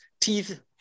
teeth